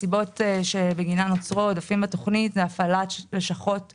הסיבות בגינן נוצרו העודפים בתוכנית זה הפעלת לשכות הבריאות,